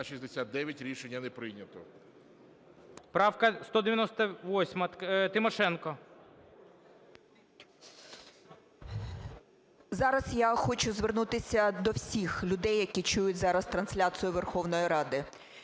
69. Рішення не прийнято.